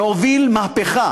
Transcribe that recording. להוביל מהפכה